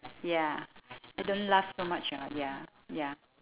ya eh don't laugh so much ah ya ya